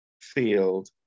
field